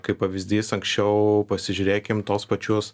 kaip pavyzdys anksčiau pasižiūrėkim tuos pačius